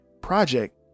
project